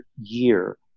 year